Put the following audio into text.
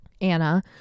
Anna